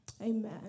Amen